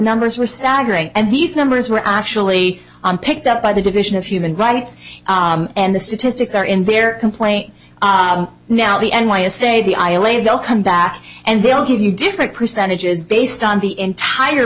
numbers were staggering and these numbers were actually picked up by the division of human rights and the statistics are in their complaint now the n y s a the aisle a they'll come back and they'll give you different percentages based on the entire